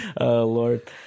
Lord